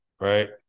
right